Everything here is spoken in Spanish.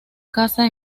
casa